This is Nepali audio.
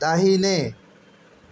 दाहिने